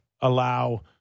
allow